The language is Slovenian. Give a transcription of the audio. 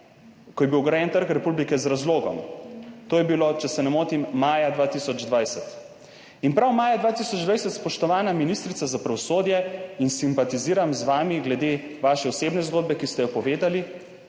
ko je bil ograjen Trg republike z razlogom, to je bilo, če se ne motim, maja 2020. In prav maja 2020, spoštovana ministrica za pravosodje, in simpatiziram z vami glede vaše osebne zgodbe, ki ste jo povedali,